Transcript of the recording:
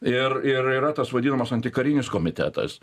ir ir yra tas vadinamas antikarinis komitetas